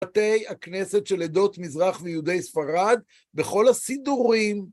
בתי הכנסת של עדות מזרח ויהודי ספרד, בכל הסידורים.